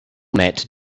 met